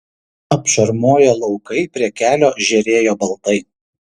apšarmoję laukai prie kelio žėrėjo baltai